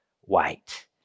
white